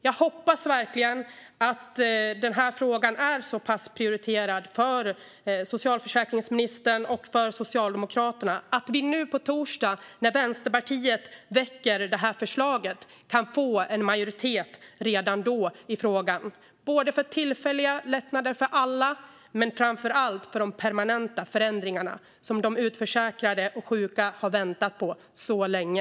Jag hoppas verkligen att frågan är så pass prioriterad för socialförsäkringsministern och för Socialdemokraterna att vi nu på torsdag när Vänsterpartiet väcker förslaget kan få en majoritet redan då i frågan. Det gäller både tillfälliga lättnader för alla och framför allt för de permanenta förändringar som de utförsäkrade och sjuka har väntat på så länge.